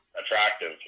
attractive